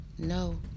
no